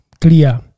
clear